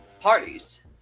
parties